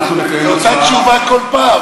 זו אותה תשובה כל פעם,